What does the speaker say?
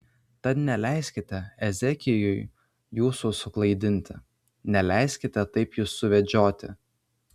tad neleiskite ezekijui jūsų suklaidinti neleiskite taip jus suvedžioti